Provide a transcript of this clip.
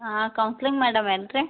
ಹಾಂ counselling madam ಏನು ರೀ